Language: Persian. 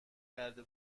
کرده